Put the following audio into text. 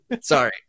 Sorry